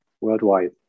worldwide